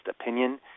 opinion